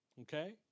okay